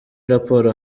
raporo